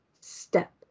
Step